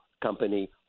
Company